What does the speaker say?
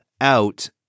out